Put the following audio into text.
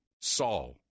Saul